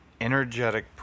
energetic